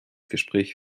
gespräch